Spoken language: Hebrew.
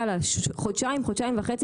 להגיד, יאללה חודשיים-חודשיים וחצי.